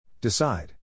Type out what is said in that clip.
Decide